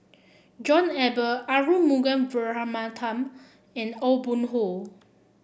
John Eber Arumugam Vijiaratnam and Aw Boon Haw